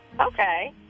Okay